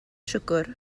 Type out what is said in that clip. siwgr